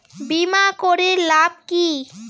বিমা করির লাভ কি?